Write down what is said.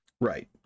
Right